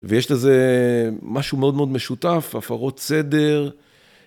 ויש לזה משהו מאוד מאוד משותף, הפרות סדר.